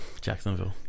Jacksonville